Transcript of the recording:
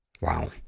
Wow